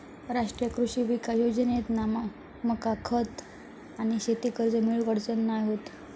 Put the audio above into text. राष्ट्रीय कृषी विकास योजनेतना मका खत आणि शेती कर्ज मिळुक अडचण नाय होत